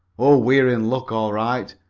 oh, we're in luck, all right.